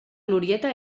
glorieta